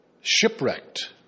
Shipwrecked